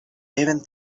even